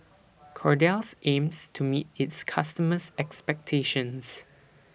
Kordel's aims to meet its customers' expectations